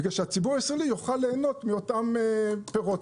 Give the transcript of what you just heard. מכיוון שהוא יוכל ליהנות מאותם פירות.